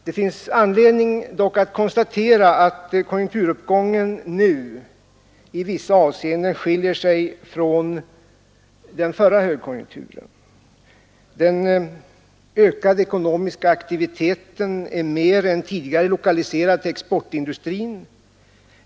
Det finns dock anledning att konstatera att konjunkturuppgången nu i vissa avseenden skiljer sig från den förra högkonjunkturen Den ökade ekonomiska aktiviteten är mer än tidigare lokaliserad till exportindustrin.